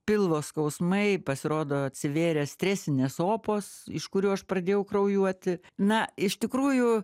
pilvo skausmai pasirodo atsivėrė stresinės opos iš kurių aš pradėjau kraujuoti na iš tikrųjų